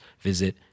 visit